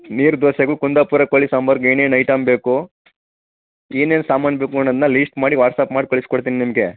ನಿರ್ದೋಸೆಗೂ ಕುಂದಾಪುರ ಕೋಳಿ ಸಾಂಬಾರಿಗೂ ಏನೇನು ಐಟಮ್ ಬೇಕು ಏನೇನು ಸಾಮಾನು ಬೇಕು ಮೇಡಮ್ ನಾನು ಲೀಸ್ಟ್ ಮಾಡಿ ವಾಟ್ಸಾಪ್ ಮಾಡಿ ಕಳ್ಸ್ಕೊಡ್ತೀನಿ ನಿಮಗೆ